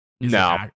no